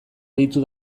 deitu